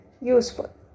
useful